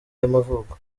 y’amavuko